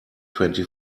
twenty